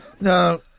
No